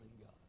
God